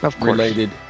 related